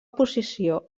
posició